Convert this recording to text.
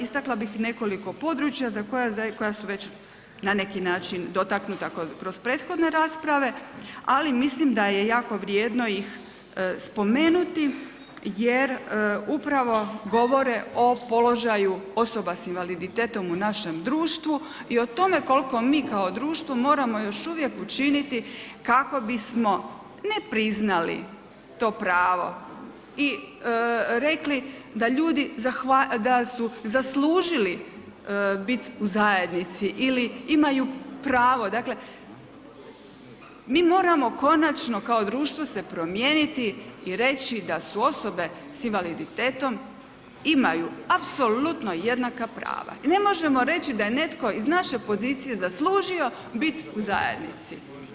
Istakla bih nekoliko područja koja su već na neki način dotaknuta kroz prethodne rasprave, ali mislim da je jako vrijedno ih spomenuti jer upravo govore o položaju osoba s invaliditetom u našem društvu i o tome koliko mi kao društvo moramo još uvijek učiniti kako bismo ne priznali to pravo i rekli da ljudi, da su zaslužili biti u zajednici ili imaju pravo, dakle mi moramo konačno kao društvo se promijeniti i reći da su osobe s invaliditetom imaju apsolutno jednaka prava i ne možemo reći da je netko iz naše pozicije zaslužio bit u zajednici.